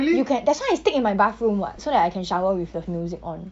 you can that's why I stick in my bathroom [what] so that I can shower with the music on